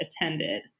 attended